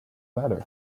matter